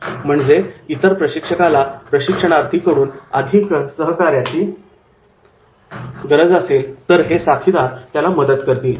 म्हणजे जर प्रशिक्षकाला प्रशिक्षणार्थीकडून अधिक सहकार्याची गरज असेल तर हे साथीदार त्याला मदत करतील